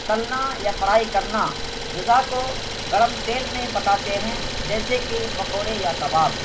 تلنا یا فرائی کرنا غذا کو گرم تیل میں پکاتے ہیں جیسے کہ پکوڑے یا کباب